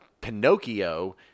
Pinocchio